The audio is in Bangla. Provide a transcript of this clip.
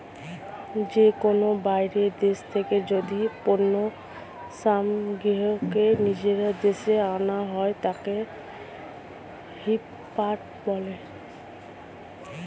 যে কোনো বাইরের দেশ থেকে যদি পণ্য সামগ্রীকে নিজের দেশে আনা হয়, তাকে ইম্পোর্ট বলে